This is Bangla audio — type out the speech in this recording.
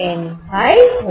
2